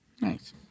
Nice